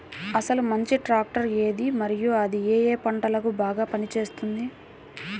అసలు మంచి ట్రాక్టర్ ఏది మరియు అది ఏ ఏ పంటలకు బాగా పని చేస్తుంది?